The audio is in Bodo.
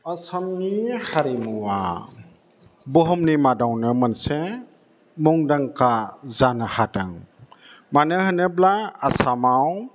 आसामनि हारिमुवा बुहुमनि मादावनो मोनसे मुदांखा जानो हादों मानो होनोब्ला आसामाव